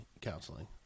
counseling